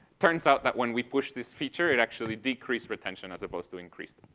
turns out that when we pushed this feature it actually decreased retention, as opposed to increased.